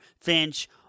Finch